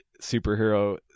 superhero